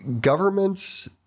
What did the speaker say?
governments